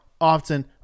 often